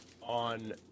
on